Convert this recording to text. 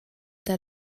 der